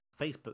Facebook